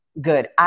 Good